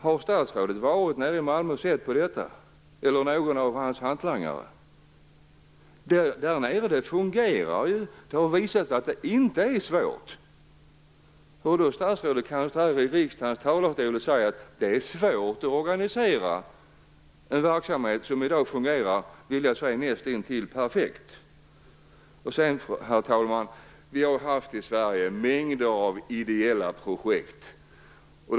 Har statsrådet eller någon av hans hantlangare varit nere i Malmö och sett detta? Det fungerar ju där nere. Det har visat sig att det inte är svårt. Hur kan då statsrådet stå här i riksdagens talarstol och säga att det är svårt att organisera en sådan verksamhet? Jag vill påstå att den fungerar näst intill perfekt. Herr talman! Vi har haft mängder av ideella projekt i Sverige.